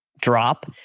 drop